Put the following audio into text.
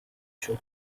shop